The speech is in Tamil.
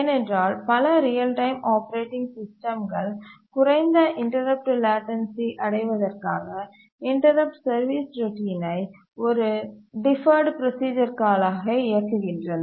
ஏனென்றால் பல ரியல் டைம் ஆப்பரேட்டிங் சிஸ்டம்கள் குறைந்த இன்டரப்ட் லேட்டன்சீ அடைவதற்காக இன்டரப்ட் சர்வீஸ் ரோட்டினை ஒரு டிஃபர்ட் ப்ரோசீசர் கால் ஆக இயக்குகின்றன